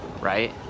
right